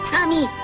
Tommy